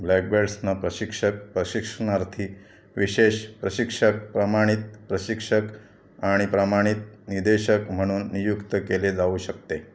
ब्लॅकबेट्सना प्रशिक्षक प्रशिक्षाणार्थी विशेष प्रशिक्षक प्रमाणित प्रशिक्षक आणि प्रमाणित निदेशक म्हणून नियुक्त केले जाऊ शकते